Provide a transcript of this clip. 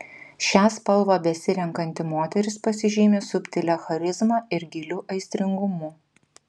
šią spalvą besirenkanti moteris pasižymi subtilia charizma ir giliu aistringumu